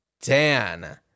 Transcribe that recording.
Dan